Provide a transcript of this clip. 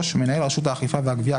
מנהל רשות האכיפה והגבייה,